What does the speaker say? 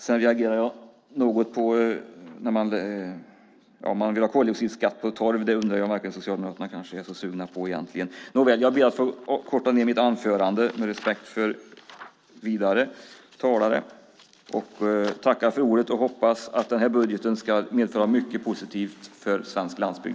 Jag reagerar också något på att man vill ha koldioxidskatt på torv. Det undrar jag om Socialdemokraterna är så sugna på egentligen. Nåväl, jag ber att få korta ned mitt anförande med respekt för vidare talare. Jag tackar för ordet och hoppas att den här budgeten ska medföra mycket positivt för svensk landsbygd.